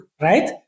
right